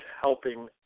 helping